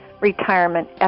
retirement